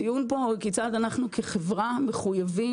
הדיון פה הוא כיצד אנחנו כחברה מחויבים,